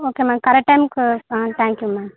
okay ma'am correct டைமுக்கு ஆ thank you ma'am